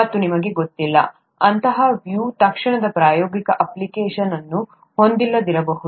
ಮತ್ತು ನಿಮಗೆ ಗೊತ್ತಿಲ್ಲ ಅಂತಹ ವ್ಯೂ ತಕ್ಷಣದ ಪ್ರಾಯೋಗಿಕ ಅಪ್ಲಿಕೇಶನ್ ಅನ್ನು ಹೊಂದಿಲ್ಲದಿರಬಹುದು